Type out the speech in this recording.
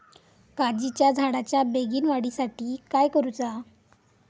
काजीच्या झाडाच्या बेगीन वाढी साठी काय करूचा?